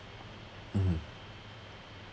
mmhmm